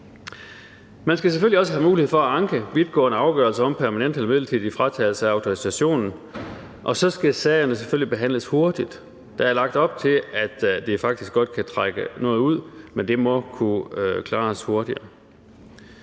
Man skal selvfølgelig også have mulighed for at anke vidtgående afgørelser om permanent eller midlertidig fratagelse af autorisation, og så skal sagerne selvfølgelig behandles hurtigt. Der er lagt op til, at det faktisk godt kan trække noget ud, men det må kunne klares hurtigere.